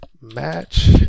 Match